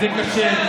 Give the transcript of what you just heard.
זה קשה.